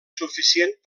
suficient